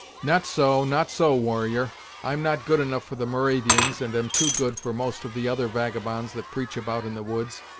not so not so, warrior. i'm not good enough for the moravians, and am too good for most of the other vagabonds that preach about in the woods.